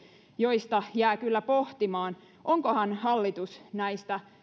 joista jää kyllä pohtimaan onkohan hallitus näistä